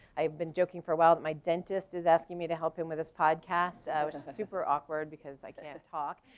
i've been joking for a while, my dentist is asking me to help him with his podcast, which is super awkward because i can't talk.